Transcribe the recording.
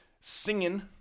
singing